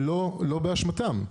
ולא באשמתם.